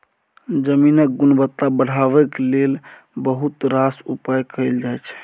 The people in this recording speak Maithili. जमीनक गुणवत्ता बढ़ेबाक लेल बहुत रास उपाय कएल जाइ छै